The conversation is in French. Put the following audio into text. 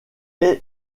est